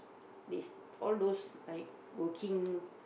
this all those like working